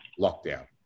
lockdown